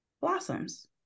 Blossoms